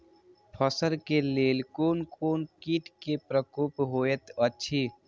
फसल के लेल कोन कोन किट के प्रकोप होयत अछि?